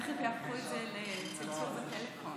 תכף יהפכו את זה לצלצול בטלפון.